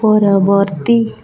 ପରବର୍ତ୍ତୀ